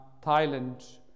Thailand